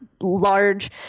large